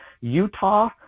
Utah